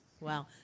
Wow